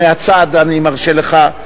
מהצד אני מרשה לך,